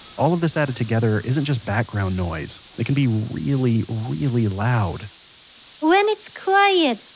all of this added together isn't just background noise. it can be really, really loud when it's quiet,